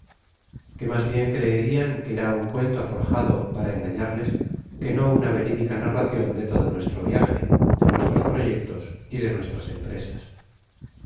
que mas bien creerian que era un cuento forjado para engañarles que no una veridica narracion de todo nuestro viaje de nuestros proyectos y de nuestras empresas